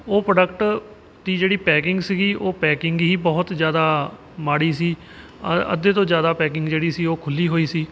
ਉਹ ਪ੍ਰੋਡਕਟ ਦੀ ਜਿਹੜੀ ਪੈਕਿੰਗ ਸੀਗੀ ਉਹ ਪੈਕਿੰਗ ਹੀ ਬਹੁਤ ਜ਼ਿਆਦਾ ਮਾੜੀ ਸੀ ਔਰ ਅੱਧੇ ਤੋਂ ਜ਼ਿਆਦਾ ਜਿਹੜੀ ਸੀ ਉਹ ਖੁੱਲ੍ਹੀ ਹੋਈ ਸੀ